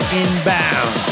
inbound